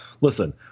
listen